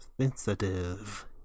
sensitive